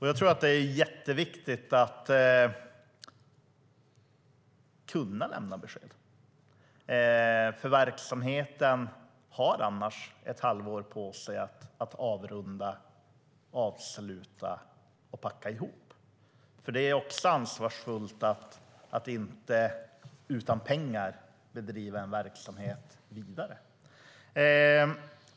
Jag tror att det är jätteviktigt att kunna lämna besked, för verksamheten har annars ett halvår på sig att avrunda, avsluta och packa ihop. Det är nämligen också ansvarsfullt att inte bedriva en verksamhet vidare utan pengar.